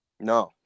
No